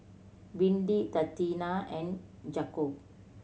Windy Tatiana and Jakob